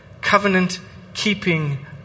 covenant-keeping